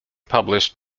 published